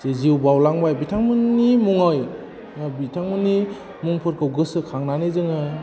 जि जिउ बाउलांबाय बिथांमोननि मुङै बिथांमोननि मुंफोरखौ गोसोखांनानै जोङो